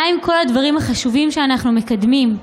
מה עם כל הדברים החשובים שאנו מקדמים?